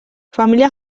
familia